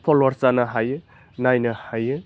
followers जानो हायो नायनो हायो